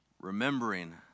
remembering